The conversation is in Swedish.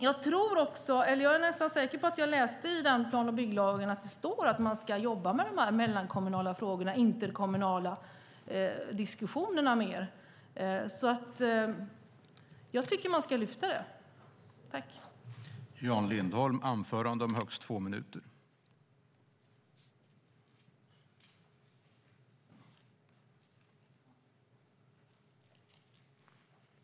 Jag är nästan säker på att jag läste i plan och bygglagen att man ska jobba mer med de mellankommunala frågorna eller interkommunala diskussionerna, och jag tycker alltså att man ska lyfta upp dem.